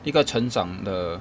一个成长的